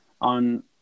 on